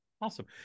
Awesome